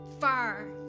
far